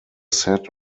set